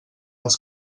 dels